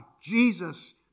Jesus